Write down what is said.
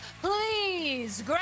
please